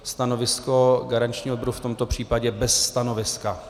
Stanovisko garančního výboru v tomto případě bez stanoviska.